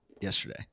yesterday